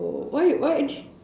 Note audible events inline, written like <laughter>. why why <laughs>